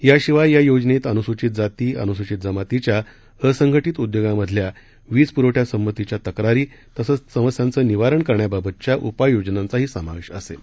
याशिवाय या योजनेत अनुसूचित जाती अनुसूचित जमातीच्या असंघटित उद्योगांमधल्या वीज पुरवठ्यासंबधीच्या तक्रारी तसंच समस्यांचं निवारण करण्याबाबतच्या उपाययोजनांचाही समावेश असेल